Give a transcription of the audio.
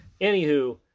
Anywho